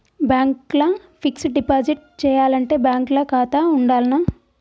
Bank ల fixed deposit చేయాలంటే bank ల ఖాతా ఉండాల్నా?